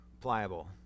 Pliable